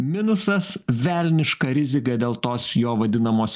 minusas velniška rizika dėl tos jo vadinamos